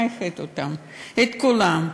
מה איחד אותם, את כולם?